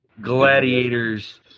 gladiators